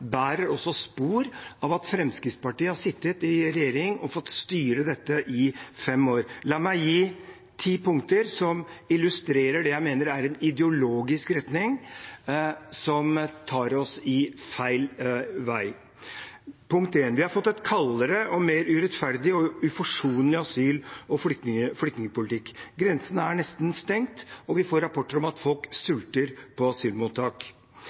bærer også preg av at Fremskrittspartiet har sittet i regjering og fått styre dette i fem år. La meg gi ni punkter som illustrerer det jeg mener er en ideologisk retning som tar oss feil vei: Vi har fått en kaldere og mer urettferdig og uforsonlig asyl- og flyktningpolitikk. Grensen er nesten stengt, og vi får rapporter om at folk sulter på asylmottak.